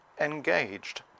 engaged